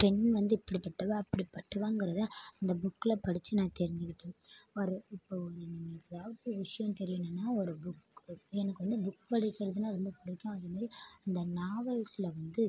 பெண் வந்து இப்படிப்பட்டவள் அப்படிப்பட்டவங்கிறத இந்த புக்கில் படித்து நான் தெரிஞ்சுக்கிட்டேன் ஒரு இப்போ ஒரு உங்களுக்கு எதாவது ஒரு விஷயோம் தெரியணுன்னால் ஒரு புக்கு எனக்கு வந்து புக் படிக்கிறதுனால் ரொம்ப பிடிக்கும் அதுமாரி இந்த நாவல்ஸில் வந்து